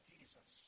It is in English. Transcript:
Jesus